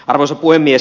arvoisa puhemies